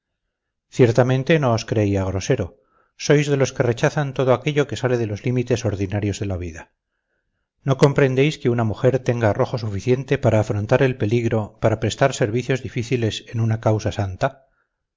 no os creía grosero sois de los que rechazan todo aquello que sale de los límites ordinarios de la vida no comprendéis que una mujer tenga arrojo suficiente para afrontar el peligro para prestar servicios difíciles a una causa santa